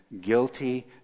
guilty